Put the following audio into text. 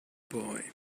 boy